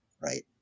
right